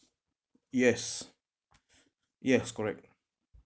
yes yes correct